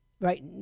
right